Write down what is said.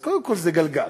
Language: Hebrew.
אז קודם כול, זה גלגל,